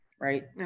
right